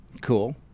Cool